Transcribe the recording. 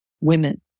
Women